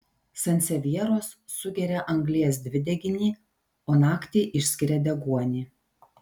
sansevjeros sugeria anglies dvideginį o naktį išskiria deguonį